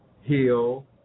heal